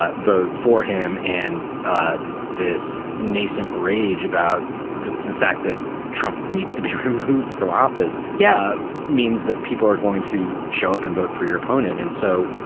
ah vote for him. and this nascent rage about the the fact that trump needs to be removed from office. yeah. means that people are going to show up and vote for your opponent. and so,